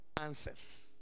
answers